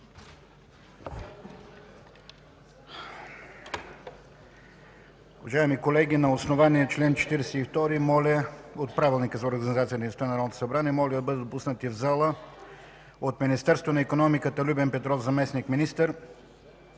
Уважаеми колеги, на основание чл. 42 от Правилника за организацията и дейността на Народното събрание моля да бъдат допуснати в залата от Министерството на икономиката: Любен Петров – заместник-министър,